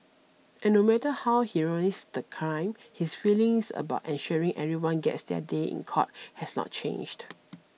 and no matter how heinous the crime his feelings about ensuring everyone gets their day in court has not changed